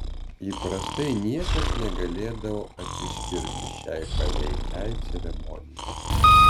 įprastai niekas negalėdavo atsispirti šiai paveikiai ceremonijai